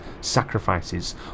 sacrifices